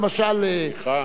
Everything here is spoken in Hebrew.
לא נכון.